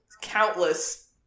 countless